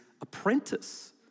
apprentice